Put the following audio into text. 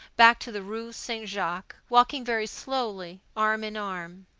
back to the rue saint-jacques, walking very slowly, arm in arm.